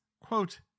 quote